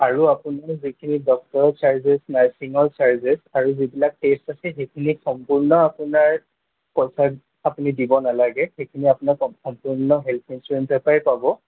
আৰু আপোনাৰ যিখিনি ডক্টৰৰ চাৰ্জেজ নাৰ্ছিঙৰ চাৰ্জেচ আৰু যিবিলাক টেষ্ট আছে সেইখিনি সম্পূৰ্ণ আপোনাৰ কভাৰ্ড আপুনি দিব নালাগে সেইখিনি আপোনাক সম্পূৰ্ণ হেলথ ইঞ্চুৰেঞ্চৰ পৰাই পাব